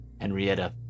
Henrietta